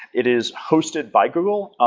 it is hosted by google.